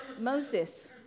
Moses